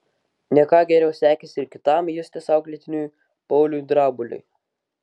ne ką geriau sekėsi ir kitam justės auklėtiniui pauliui drabuliui